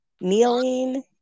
kneeling